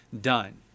done